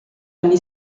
anni